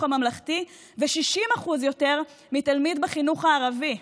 הממלכתי ו-60% יותר מתלמיד בחינוך הערבי,